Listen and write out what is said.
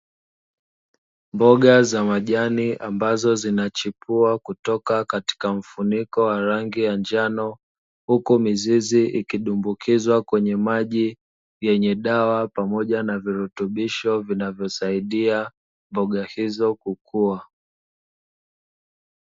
Mboga za majani ambazo zinachipua kutoka katika mfuniko wa rangi ya njano, huku mizizi ikidumbukizwa kwenye maji, yenye dawa pamoja na virutubisho vinavyosaidia mboga hizo kukua.